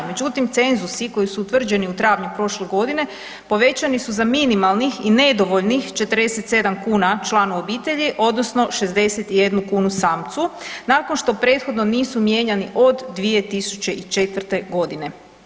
Međutim, cenzusi koji su utvrđeni u travnju prošle godine povećani su za minimalnih i nedovoljnih 47 kuna članu obitelji, odnosno 61 kunu samcu nakon što prethodno nisu mijenjani od 2004. godine.